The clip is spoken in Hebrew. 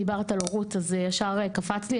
דיברת על הורות אז זה ישר קפץ לי.